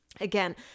again